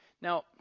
now